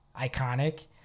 iconic